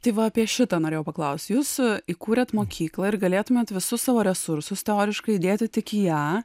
tai va apie šitą norėjau paklausti jūs įkūrėt mokyklą ir galėtumėt visus savo resursus teoriškai dėti tik į ją